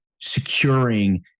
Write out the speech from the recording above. securing